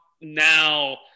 now